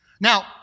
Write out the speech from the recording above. Now